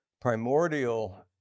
primordial